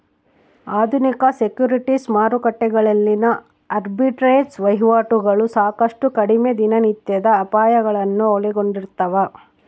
ಆಧುನಿಕ ಸೆಕ್ಯುರಿಟೀಸ್ ಮಾರುಕಟ್ಟೆಗಳಲ್ಲಿನ ಆರ್ಬಿಟ್ರೇಜ್ ವಹಿವಾಟುಗಳು ಸಾಕಷ್ಟು ಕಡಿಮೆ ದಿನನಿತ್ಯದ ಅಪಾಯಗಳನ್ನು ಒಳಗೊಂಡಿರ್ತವ